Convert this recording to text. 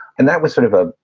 and that was sort of a.